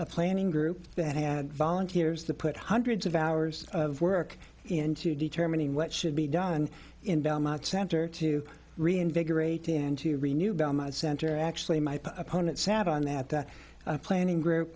a planning group that had volunteers the put hundreds of hours of work into determining what should be done in belmont center to reinvigorate into renewable center actually my opponent sat on that planning group